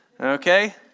okay